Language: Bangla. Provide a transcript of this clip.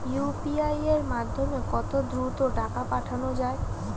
ইউ.পি.আই এর মাধ্যমে কত দ্রুত টাকা পাঠানো যায়?